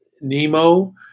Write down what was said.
Nemo